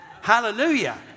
Hallelujah